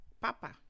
Papa